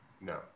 No